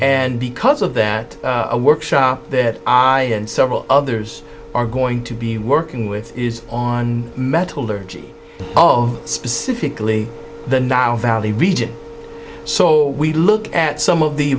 and because of that a workshop that i and several others are going to be working with is on metallurgy of specifically the nile valley region so we look at some of the